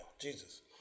Jesus